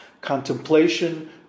contemplation